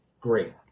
Great